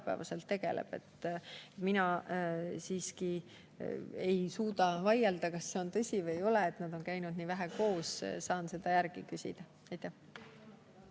igapäevaselt tegeleb. Mina siiski ei suuda vaielda, kas see on tõsi või ei ole, et nad on käinud nii vähe koos. Saan seda järgi küsida.